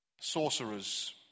sorcerers